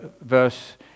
verse